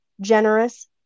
generous